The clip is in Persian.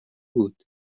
بود